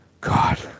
God